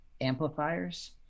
amplifiers